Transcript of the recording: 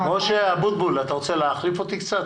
משה אבוטבול, אתה רוצה להחליף אותי קצת?